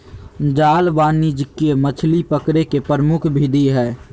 जाल वाणिज्यिक मछली पकड़े के प्रमुख विधि हइ